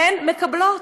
הן מקבלות.